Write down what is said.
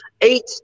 Eight